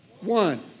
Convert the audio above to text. one